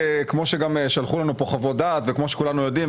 כמו שגם שלחו לנו פה חוות-דעת וכמו שכולנו יודעים,